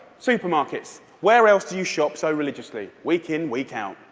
supermarkets. where else do you shop so religiously? week in, week out.